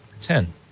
Ten